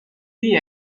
the